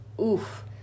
oof